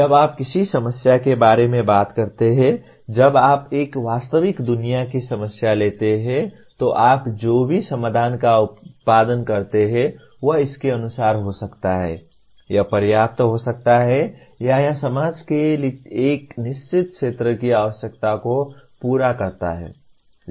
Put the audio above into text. जब आप किसी समस्या के बारे में बात करते हैं जब आप एक वास्तविक दुनिया की समस्या लेते हैं तो आप जो भी समाधान का उत्पादन करते हैं वह इसके अनुसार हो सकता है यह पर्याप्त हो सकता है या यह समाज के एक निश्चित क्षेत्र की आवश्यकताओं को पूरा करता है